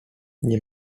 nie